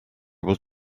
will